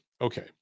Okay